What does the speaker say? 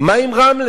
מה עם רמלה?